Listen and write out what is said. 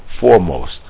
foremost